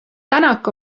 tänak